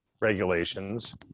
regulations